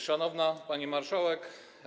Szanowna Pani Marszałek!